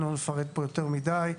לא נפרט פה יותר מדי,